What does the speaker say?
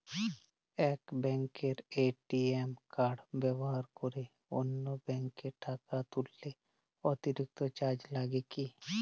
এক ব্যাঙ্কের ATM card ব্যবহার করে অন্য ব্যঙ্কে টাকা তুললে অতিরিক্ত চার্জ লাগে কি?